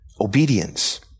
Obedience